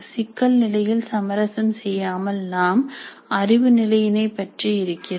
சிக்கல் நிலையில் சமரசம் செய்யாமல் நாம் அறிவு நிலையினை பற்றி இருக்கிறோம்